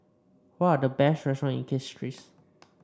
what are the best restaurant in Castries